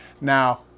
Now